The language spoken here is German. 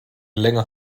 länger